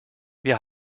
wir